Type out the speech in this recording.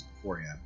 beforehand